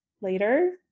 later